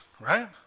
right